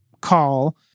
call